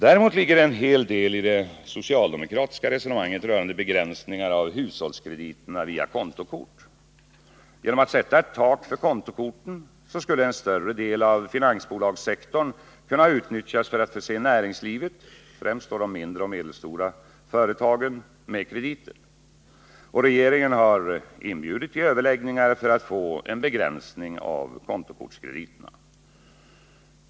Däremot ligger det en hel del i det socialdemokratiska resonemanget rörande begränsningar av hushållskrediterna via kontokort. Genom att ett tak sätts för kontokorten skulle en större del av finansbolagssektorn kunna utnyttjas för att förse näringslivet, främst de mindre och medelstora företagen, med krediter. Regeringen har inbjudit till överläggningar för att få en begränsning av kontokortskrediterna.